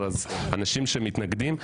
האנשים שמתנגדים,